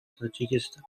tajikistan